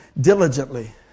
diligently